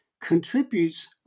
contributes